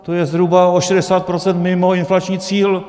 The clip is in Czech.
To je zhruba o 60 % mimo inflační cíl.